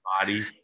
body